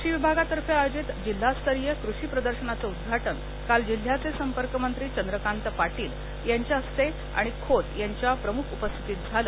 कृषी विभागातर्फे आयोजित जिल्हास्तरीय कृषी प्रदर्शनाचं उदघाटन काल जिल्ह्याचे संपर्कमंत्री चंद्रकांत पाटील यांच्या हस्ते आणि खोत यांच्या प्रमुख उपस्थितीत झालं